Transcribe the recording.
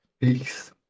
Peace